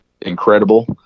incredible